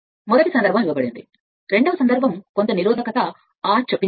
మొదటి సందర్భం ఇవ్వబడింది రెండవ సందర్భం కొంత నిరోధకత R చొప్పించబడింది